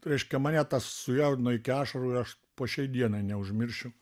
tai reiškia mane tas sujaudino iki ašarų ir aš po šiai dienai neužmiršiu